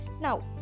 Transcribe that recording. Now